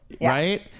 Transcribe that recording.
Right